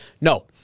No